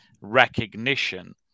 recognition